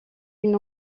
une